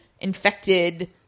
infected